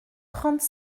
trente